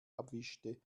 abwischte